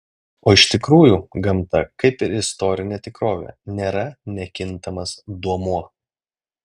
o iš tikrųjų gamta kaip ir istorinė tikrovė nėra nekintamas duomuo